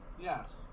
Yes